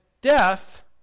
death